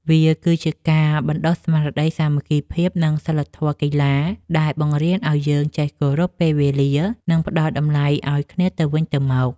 វាគឺជាការបណ្ដុះស្មារតីសាមគ្គីភាព និងសីលធម៌កីឡា ដែលបង្រៀនឱ្យយើងចេះគោរពពេលវេលា និងផ្ដល់តម្លៃឱ្យគ្នាទៅវិញទៅមក។